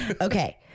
Okay